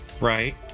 Right